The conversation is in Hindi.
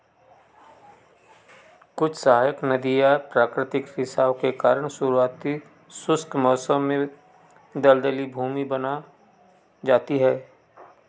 कुछ सहायक नदियाँ प्राकृतिक रिसाव के कारण शुरुआती शुष्क मौसम में दलदली भूमि बन जाती है